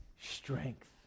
strength